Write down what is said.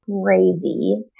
crazy